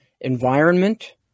environment